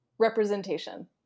representation